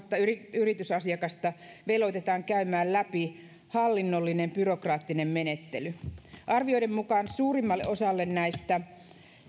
yritysasiakasta velvoitetaan käymään läpi hallinnollinen byrokraattinen menettely arvioiden mukaan suurimmalle osalle näistä